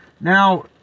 Now